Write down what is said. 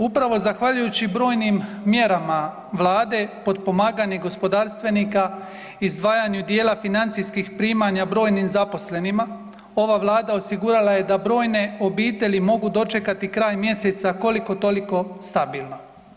Upravo zahvaljujući brojnim mjerama vlade, potpomaganje gospodarstvenika, izdvajanju dijela financijskih primanja brojnim zaposlenima, ova vlada osigurala je da brojne obitelji mogu dočekati kraj mjeseca koliko toliko stabilno.